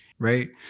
right